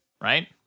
right